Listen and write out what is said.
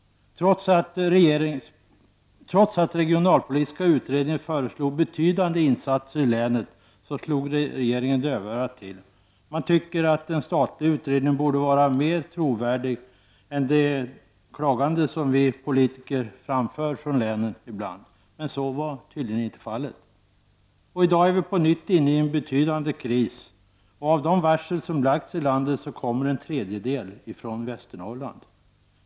Trots att den regionalpolitiska utredningen föreslog betydande insatser i länet slog regeringen dövörat till. Man tycker att en statlig utredning borde vara mer trovärdig än det klagande som vi politiker ibland framfört från länet. Men så var tydligen inte fallet. I dag är vi på nytt inne i en betydande kris. Av de varsel som lagts i landet kommer en tredjedel från Västernorrland.